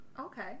Okay